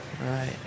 right